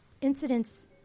incidents